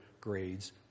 grades